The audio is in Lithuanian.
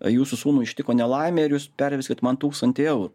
jūsų sūnų ištiko nelaimė ir jūs perveskit man tūkstantį eurų